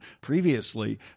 Previously